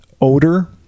odor